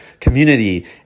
community